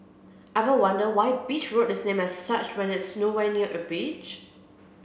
ever wonder why Beach Road is named as such when it's nowhere near a beach